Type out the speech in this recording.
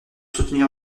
soutenir